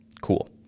Cool